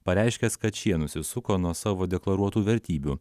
pareiškęs kad šie nusisuko nuo savo deklaruotų vertybių